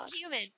human